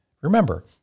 Remember